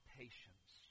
patience